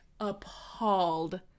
appalled